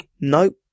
Nope